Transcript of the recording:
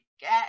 get